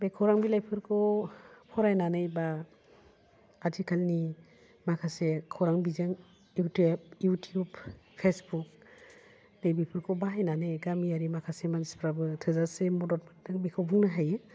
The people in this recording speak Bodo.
बे खौरां बिलाइफोरखौ फरायनानै बा आथिखालनि माखासे खौरां बिजों इउटिउब इउटिउब फेसबुक बेफोरखौ बाहायनानै गामियारि माखासे मानसिफ्राबो थोजासे मदद बेखौ बुंनो हायो